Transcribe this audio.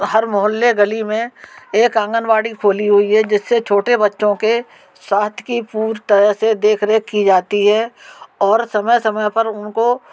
हर मोहल्ले गली में एक आंगनवाड़ी खोली हुई है जिससे छोटे बच्चों के स्वास्थय की पूर तरह से देख रेख की जाती है और समय समय पर उनको